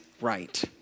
right